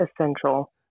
essential